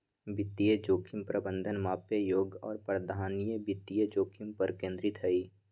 वित्तीय जोखिम प्रबंधन मापे योग्य और प्रबंधनीय वित्तीय जोखिम पर केंद्रित हई